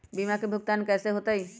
बीमा के भुगतान कैसे होतइ?